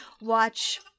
watch